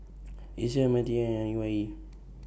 ISEAS M T I and A Y E